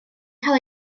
cael